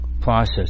process